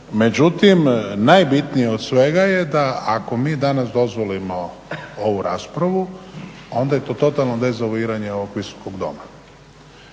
Međutim, najbitnije od svega je da ako mi danas dozvolimo ovu raspravu onda je to totalno dezavuiranje ovog Visokog doma